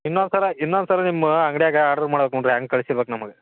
ಇನ್ನೊಂದು ಸಲ ಇನ್ನೊಂದು ಸಲ ನಿಮ್ಮ ಅಂಗ್ಡಿಯಾಗೆ ಆರ್ಡ್ರು ಮಾಡ್ಬೇಕ್ ನೋಡಿರಿ ಹಂಗೆ ಕಳ್ಸಿರ್ಬೇಕ್ ನಮಗೆ